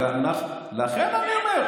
לכן אני אומר,